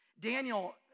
Daniel